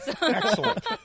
Excellent